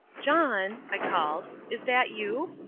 john, i called, is that you?